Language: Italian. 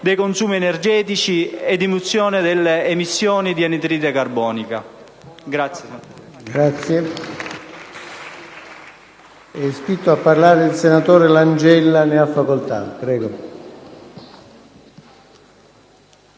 dei consumi energetici e di diminuzione delle emissioni di anidride carbonica.